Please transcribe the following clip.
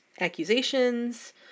accusations